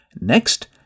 Next